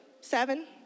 seven